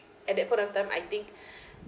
at that point of time I think